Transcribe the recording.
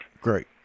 Great